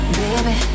baby